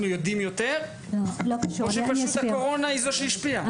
יודעים יותר או שפשוט הקורונה היא זו שהשפיעה?